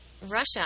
Russia